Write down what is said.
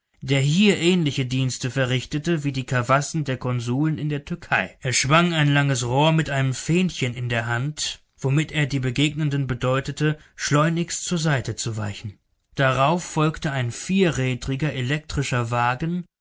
der hier ähnliche dienste verrichtete wie die kawassen der konsuln in der türkei er schwang ein langes rohr mit einem fähnchen in der hand womit er die begegnenden bedeutete schleunigst zur seite zu weichen darauf folgte ein vierrädriger elektrischer wagen